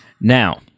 Now